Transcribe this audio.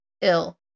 ill